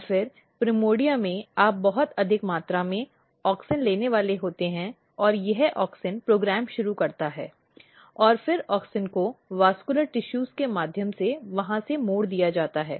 और फिर प्राइमॉर्डिया में आप बहुत अधिक मात्रा में ऑक्सिन लेने वाले होते हैं और यह ऑक्सिन प्रोग्राम शुरू करता है और फिर ऑक्सिन को संवहनी ऊतकों के माध्यम से वहां से मोड़ दिया जाता है